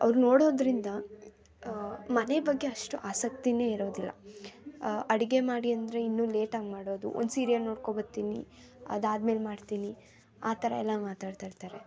ಅವ್ರು ನೋಡೋದರಿಂದ ಮನೆ ಬಗ್ಗೆ ಅಷ್ಟು ಆಸಕ್ತಿಯೇ ಇರೋದಿಲ್ಲ ಅಡುಗೆ ಮಾಡಿ ಅಂದ್ರೆ ಇನ್ನೂ ಲೇಟಾಗಿ ಮಾಡೋದು ಒಂದು ಸೀರಿಯಲ್ ನೋಡ್ಕೊಂಡ್ಬರ್ತೀನಿ ಅದಾದ್ಮೇಲೆ ಮಾಡ್ತೀನಿ ಆ ಥರ ಎಲ್ಲ ಮಾತಾಡ್ತ ಇರ್ತಾರೆ